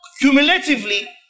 Cumulatively